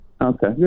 Okay